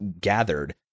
gathered